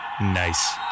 Nice